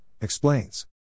explains